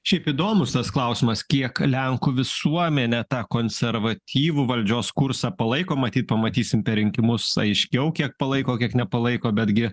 šiaip įdomus tas klausimas kiek lenkų visuomenė tą konservatyvų valdžios kursą palaiko matyt pamatysim per rinkimus aiškiau kiek palaiko kiek nepalaiko betgi